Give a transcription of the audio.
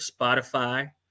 Spotify